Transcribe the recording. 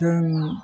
जों